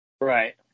Right